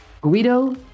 Guido